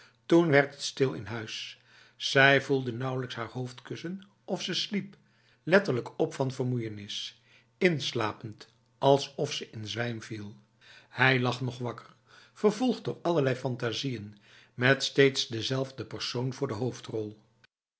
gaantoen werd het stil in huis zij voelde nauwelijks haar hoofdkussen of ze sliep letterlijk op van vermoeienis inslapend alsof ze in zwijm viel hij lag nog wakker vervolgd door allerlei fantasieën met steeds dezelfde persoon voor de hoofdrol